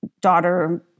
daughter